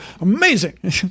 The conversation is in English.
amazing